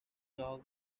dog